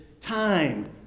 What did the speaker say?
time